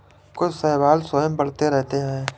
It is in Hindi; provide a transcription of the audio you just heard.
कुछ शैवाल स्वयं बढ़ते रहते हैं